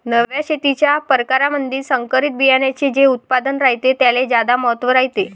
नव्या शेतीच्या परकारामंधी संकरित बियान्याचे जे उत्पादन रायते त्याले ज्यादा महत्त्व रायते